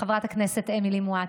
לחברת הכנסת אמילי מואטי,